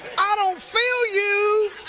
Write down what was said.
i don't feel you.